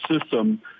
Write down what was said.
system